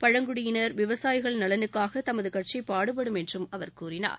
பழங்குடியினர் விவசாயிகள் நலனுக்காக தமது கட்சி பாடுபடும் என்றும் அவர் கூறினார்